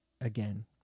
again